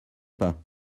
pas